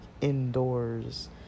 indoors